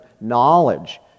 knowledge